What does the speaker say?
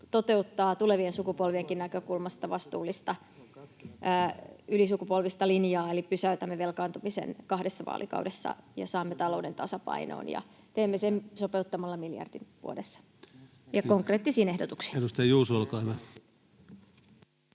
toteuttaa tulevien sukupolvienkin näkökulmasta vastuullista ylisukupolvista linjaa, eli pysäytämme velkaantumisen kahdessa vaalikaudessa ja saamme talouden tasapainoon. Teemme sen sopeuttamalla miljardin vuodessa, ja konkreettisin ehdotuksin.